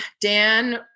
Dan